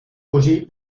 così